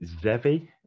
Zevi